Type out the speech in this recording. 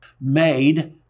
made